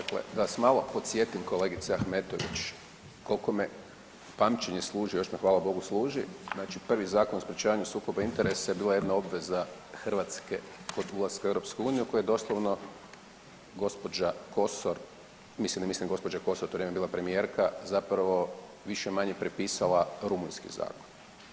Dakle, da vas malo podsjetim kolegice Ahmetović koliko me pamćenje služi, još me hvala Bogu služi, znači prvi Zakon o sprječavanju sukoba interesa je bila jedna obveza Hrvatske kod ulaska u EU koju je doslovno gospođa Kosor, mislim ne gospođa Kosor to ne bi bila premijerka, zapravo više-manje prepisala rumunjski zakon.